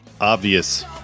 Obvious